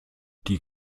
die